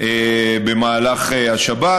במהלך השבת,